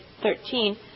13